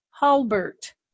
Halbert